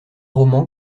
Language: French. roman